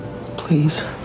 Please